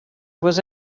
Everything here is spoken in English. was